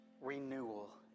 renewal